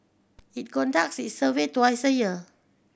it conducts its survey twice a year